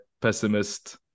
pessimist